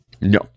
No